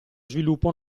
sviluppo